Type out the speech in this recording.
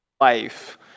life